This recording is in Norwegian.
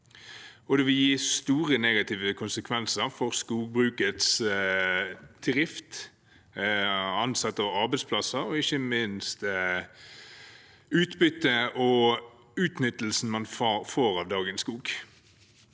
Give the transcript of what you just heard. og store negative konsekvenser for skogbrukets drift, ansatte og arbeidsplasser og ikke minst for utbyttet og utnyttelsen man får av dagens skog.